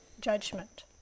judgment